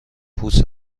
پوست